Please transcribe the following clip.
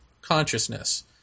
consciousness